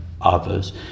others